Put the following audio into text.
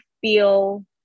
feel